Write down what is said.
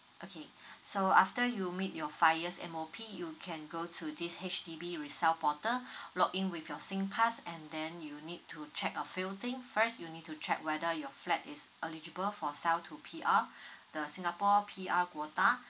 okay so after you meet your five years M_O_P you can go to this H_D_B resale portal log in with your singpass and then you need to check a few thing first you need to check whether your flat is eligible for sell to P_R the singapore P_R quota